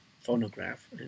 phonograph